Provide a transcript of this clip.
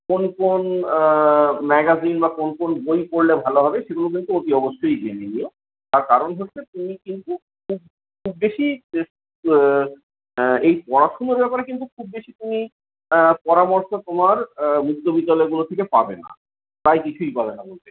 কোন কোন ম্যাগাজিন বা কোন কোন বই পড়লে ভালো হবে সেগুলো কিন্তু অতি অবশ্যই জেনে নিও তার কারণ হচ্ছে তুমি কিন্তু খুব খুব বেশি পে বেশি এই পড়াশুনোর ব্যাপারে খুব বেশি তুমি পরামর্শ তোমার মুক্তবিদ্যালয়গুলো থেকে পাবে না প্রায় কিছুই পাবে না বলতে গেলে